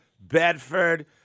Bedford